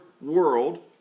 world